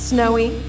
Snowy